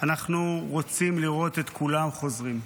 אנחנו רוצים לראות את כולם חוזרים,